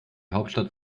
hauptstadt